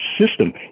system